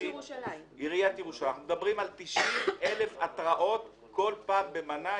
אנחנו מדברים על 90,000 התראות כל פעם במנה,